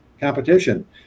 competition